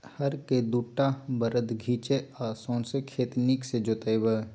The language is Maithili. हर केँ दु टा बरद घीचय आ सौंसे खेत नीक सँ जोताबै